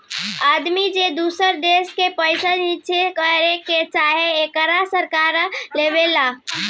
आदमी जे दूसर देश मे पइसा निचेस करे के चाहेला, एकर सहारा लेवला